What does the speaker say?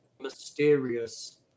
mysterious